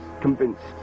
convinced